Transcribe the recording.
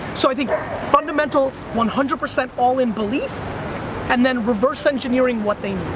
so, i think fundamental, one hundred percent all-in belief and then reverse-engineering what they